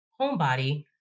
homebody